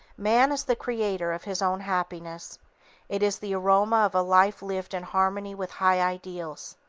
man is the creator of his own happiness it is the aroma of a life lived in harmony with high ideals.